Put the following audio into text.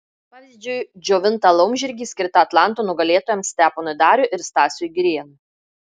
pavyzdžiui džiovintą laumžirgį skirtą atlanto nugalėtojams steponui dariui ir stasiui girėnui